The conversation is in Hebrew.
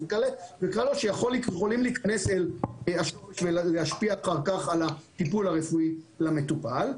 וכדומה שיכולים להיכנס לשורש ולהשפיע אחר כך על הטיפול הרפואי למטופל.